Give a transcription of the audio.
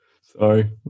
sorry